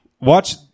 Watch